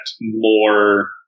more